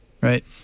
right